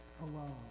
alone